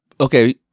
Okay